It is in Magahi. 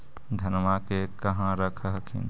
धनमा के कहा रख हखिन?